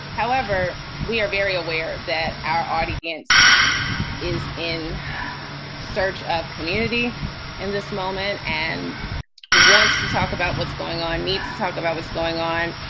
however, we are very aware that our audience is in search of community in this moment and wants to talk about what's going on, needs to talk about what's going on.